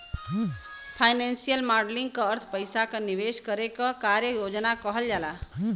financial modelling क अर्थ पइसा क निवेश करे क कार्य योजना कहल जाला